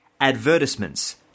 Advertisements